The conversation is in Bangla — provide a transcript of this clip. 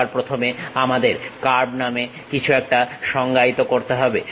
সবার প্রথমে আমাদের কার্ভ নামে কিছু একটা সংজ্ঞায়িত করতে হবে